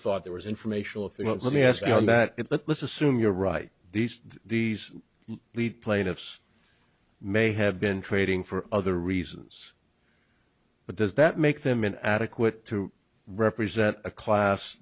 thought there was informational if they don't let me ask you on that let's assume you're right these these lead plaintiffs may have been trading for other reasons but does that make them an adequate to represent a class